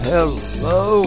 Hello